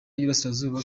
y’iburasirazuba